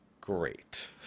great